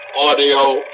audio